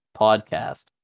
podcast